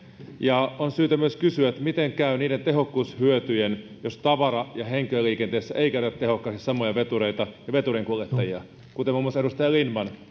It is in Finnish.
on syytä myös kysyä miten käy niiden tehokkuushyötyjen jos tavara ja henkilöliikenteessä ei käytetä tehokkaasti samoja vetureita ja veturinkuljettajia kuten muun muassa edustaja lindtman